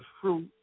fruit